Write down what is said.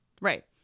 Right